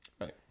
Right